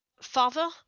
father